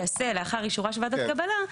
תעשה לאחר אישורה של ועדת קבלה,